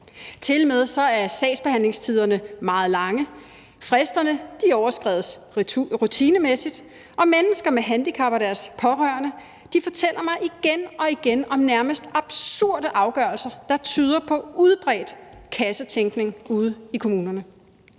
Tilmed er sagsbehandlingstiderne meget lange, fristerne overskrides rutinemæssigt, og mennesker med handicap og deres pårørende fortæller mig igen og igen om nærmest absurde afgørelser, der tyder på udbredt kassetænkning ude i kommunerne.